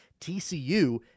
TCU